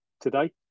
today